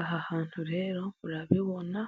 Aha hantu rero murabibona